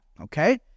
Okay